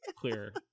clear